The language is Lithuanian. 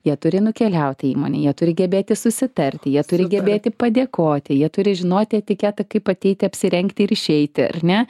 jie turi nukeliaut į įmonę jie turi gebėti susitarti jie turi gebėti padėkoti jie turi žinoti etiketą kaip ateiti apsirengti ir išeiti ar ne